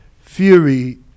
Fury